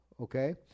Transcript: Okay